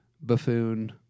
buffoon